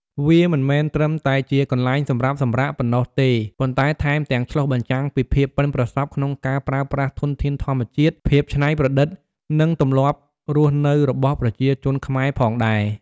វាមិនមែនត្រឹមតែជាកន្លែងសម្រាប់សម្រាកប៉ុណ្ណោះទេ ប៉ុន្តែថែមទាំងឆ្លុះបញ្ចាំងពីភាពប៉ិនប្រសប់ក្នុងការប្រើប្រាស់ធនធានធម្មជាតិ ភាពច្នៃប្រឌិត និងទម្លាប់រស់នៅរបស់ប្រជាជនខ្មែរផងដែរ។